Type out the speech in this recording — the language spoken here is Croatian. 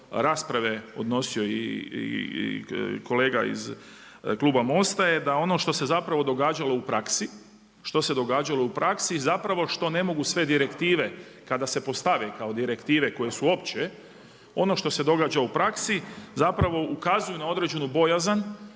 rasprave odnosio i kolega iz kluba MOST-a je, da ono što se zapravo događalo u praksi, što se događalo u praksi, zapravo što ne mogu sve direktive, kada se postave kao direktive koje su opće, ono što se događa u praksi, zapravo ukazuju na određenu bojazan